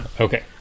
Okay